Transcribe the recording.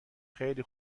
خیلی